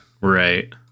Right